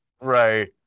Right